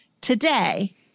today